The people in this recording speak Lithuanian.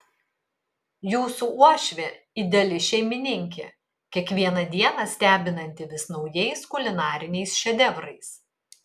jūsų uošvė ideali šeimininkė kiekvieną dieną stebinanti vis naujais kulinariniais šedevrais